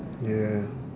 ya